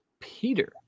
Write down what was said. Peter